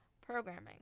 programming